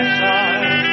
side